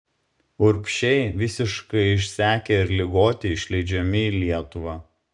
urbšiai visiškai išsekę ir ligoti išleidžiami į lietuvą